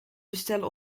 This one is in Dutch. bestellen